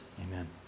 amen